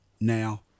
now